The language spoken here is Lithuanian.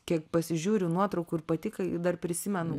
kiek pasižiūriu nuotraukų ir pati kai dar prisimenu